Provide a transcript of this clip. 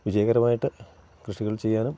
വിജയകരമായിട്ട് കൃഷികൾ ചെയ്യാനും